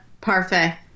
parfait